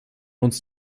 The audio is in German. uns